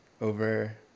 over